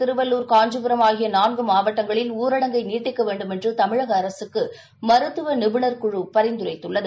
திருவள்ளூர் காஞ்சிபுரம் ஆகியநான்குமாவட்டங்களில் ஊரடங்கை நீட்டிக்கவேண்டுமென்றுதமிழகஅரசுக்குமருத்துவநிபுணர்குழுபரிந்துரைத்துள்ளது